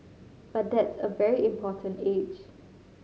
but that's a very important age